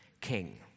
king